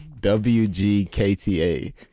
W-G-K-T-A